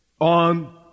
on